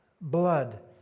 blood